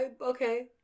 Okay